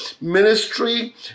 ministry